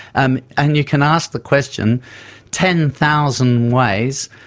um and you can ask the question ten thousand ways,